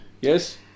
Yes